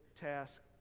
task